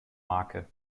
marke